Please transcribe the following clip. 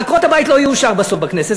עקרות-הבית לא יאושר בסוף בכנסת.